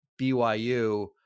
BYU